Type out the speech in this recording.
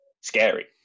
scary